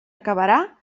acabarà